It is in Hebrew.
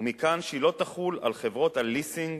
ומכאן שהיא לא תחול על חברות הליסינג